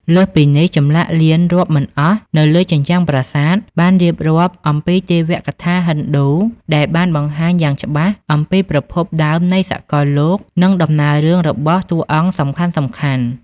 លើសពីនេះ ចម្លាក់លៀនរាប់មិនអស់នៅលើជញ្ជាំងប្រាសាទបានរៀបរាប់អំពីទេវកថាហិណ្ឌូដែលបានបង្ហាញយ៉ាងច្បាស់អំពីប្រភពដើមនៃសកលលោកនិងដំណើររឿងរបស់តួអង្គសំខាន់ៗ។